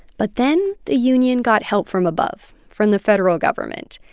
but then the union got help from above from the federal government.